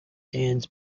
sands